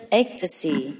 ecstasy